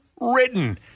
written